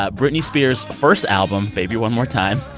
ah britney spears' first album, baby one more time,